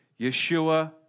Yeshua